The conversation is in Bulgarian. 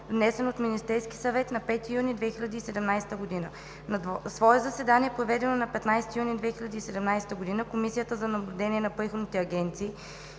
внесен от Министерски съвет на 5 юни 2017 г. На свое заседание, проведено на 15 юни 2017 г., Комисията за наблюдение на приходните агенции